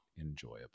enjoyable